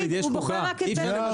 הוא בוחר רק את שופטי בית המשפט העליון.